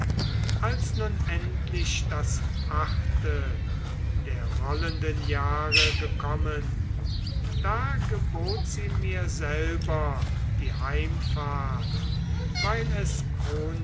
als nun endlich das achte der rollenden jahre gekommen da gebot sie mir selber die heimfahrt weil es